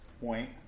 point